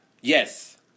Yes